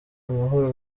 amahoro